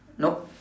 nope